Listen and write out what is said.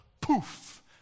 poof